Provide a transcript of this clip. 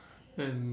and